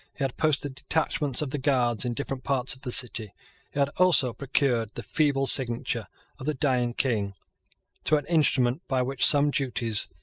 he had posted detachments of the guards in different parts of the city. he had also procured the feeble signature of the dying king to an instrument by which some duties,